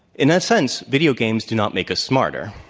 in that sense, video games do not make us smarter.